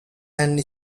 and